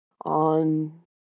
on